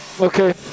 okay